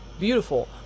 beautiful